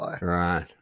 Right